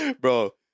Bro